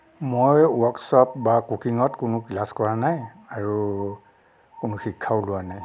মই ৱৰ্কশ্বপ বা কুকিঙত কোনো ক্লাছ কৰা নাই আৰু কোনো শিক্ষাও লোৱা নাই